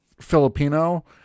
Filipino